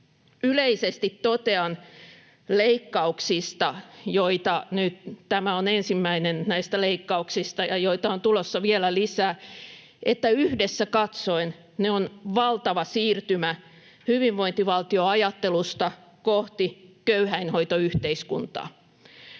näistä leikkauksista, joita on tulossa vielä lisää — että yhdessä katsoen ne ovat valtava siirtymä hyvinvointivaltioajattelusta kohti köyhäinhoitoyhteiskuntaa.